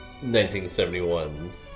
1971's